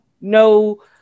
no